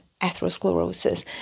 atherosclerosis